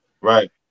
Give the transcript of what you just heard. Right